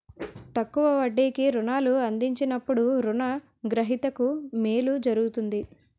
తక్కువ వడ్డీకి రుణాలు అందించినప్పుడు రుణ గ్రహీతకు మేలు జరుగుతుంది